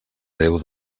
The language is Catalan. déu